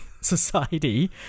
Society